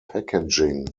packaging